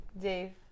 dave